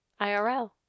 IRL